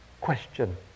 question